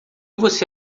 você